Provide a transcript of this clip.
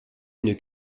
une